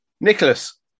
Nicholas